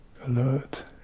alert